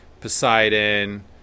Poseidon